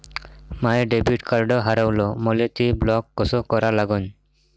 माय debit card हारवलं, मले ते ब्लॉक कस करा लागन?